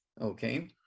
okay